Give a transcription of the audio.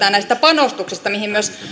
ja näistä panostuksista joihin myös